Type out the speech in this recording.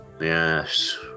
Yes